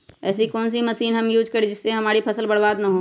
ऐसी कौन सी मशीन हम यूज करें जिससे हमारी फसल बर्बाद ना हो?